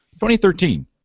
2013